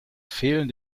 fehlen